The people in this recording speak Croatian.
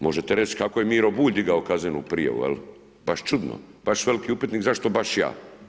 Možete reći kako je Miro Bulj digao kaznenu prijavu, baš čudno, baš veliki upitnik zašto baš ja.